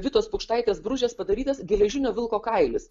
vitos pukštaitės bružės padarytas geležinio vilko kailis